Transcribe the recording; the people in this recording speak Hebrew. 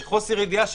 חוסר הידיעה,